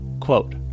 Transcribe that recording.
Quote